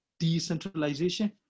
decentralization